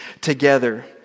together